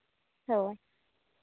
ᱦᱳᱭ